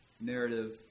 narrative